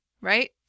Right